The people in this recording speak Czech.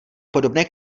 podobné